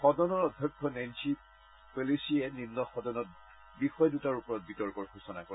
সদনৰ অধ্যক্ষ নেপি পেলোচীয়ে নিম্ন সদনত বিষয় দুটাৰ ওপৰত বিতৰ্কৰ সূচনা কৰে